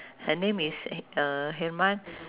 her name is uh heman